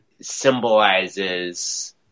symbolizes